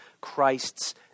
Christ's